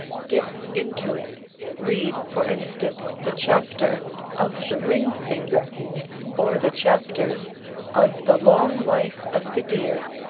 dip into it read, for instance, the chapter of the ring-finger, or the chapters of the long life of the deer,